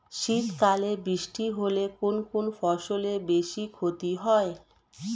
শীত কালে বৃষ্টি হলে কোন কোন ফসলের বেশি ক্ষতি হয়?